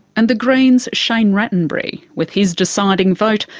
and the green's shane rattenbury, with his deciding vote,